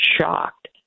shocked